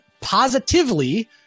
positively